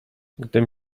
gdym